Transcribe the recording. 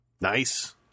Nice